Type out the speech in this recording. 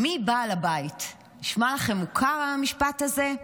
"מי בעל הבית?" נשמע לכם מוכר המשפט הזה?